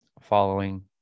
following